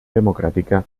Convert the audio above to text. democràtica